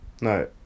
no